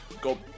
go